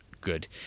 good